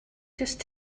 just